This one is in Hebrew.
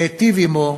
להיטיב עמו,